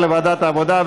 לוועדת העבודה,